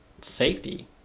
safety